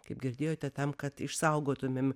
kaip girdėjote tam kad išsaugotumėm